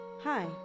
Hi